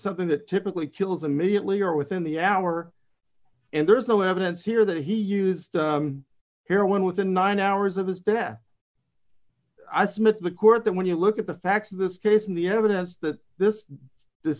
something that typically kills immediately or within the hour and there's no evidence here that he used here when with the nine hours of his death i submit the court that when you look at the facts of this case and the evidence that this